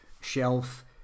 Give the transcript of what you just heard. Shelf